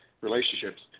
relationships